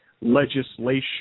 legislation